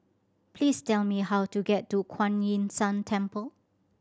please tell me how to get to Kuan Yin San Temple